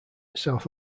south